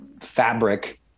fabric